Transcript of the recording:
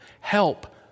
help